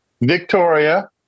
Victoria